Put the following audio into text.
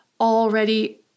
already